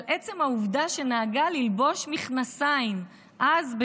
עצם העובדה שנהגה ללבוש מכנסיים אז,